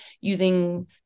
using